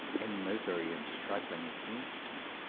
and misery in struggling against it.